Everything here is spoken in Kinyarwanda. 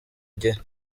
igihe